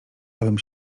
abym